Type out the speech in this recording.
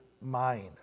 mind